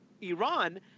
Iran